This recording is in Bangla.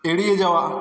এড়িয়ে যাওয়া